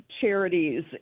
charities